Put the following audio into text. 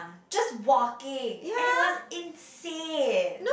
just walking and it was insane